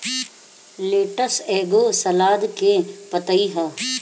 lettuce एगो सलाद के पतइ ह